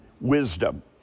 wisdom